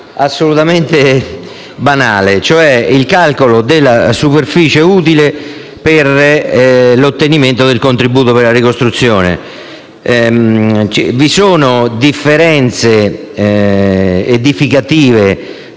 assolutamente banale e, cioè, al calcolo della superficie utile per l'ottenimento del contributo per la ricostruzione. Vi sono differenze edificative